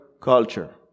culture